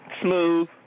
smooth